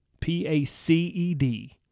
P-A-C-E-D